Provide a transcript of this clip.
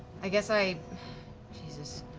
i guess i jesus.